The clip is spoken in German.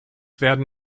werden